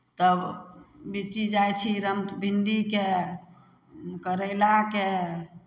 तब बिच्ची लाइ छी राम भिंडीके करैलाके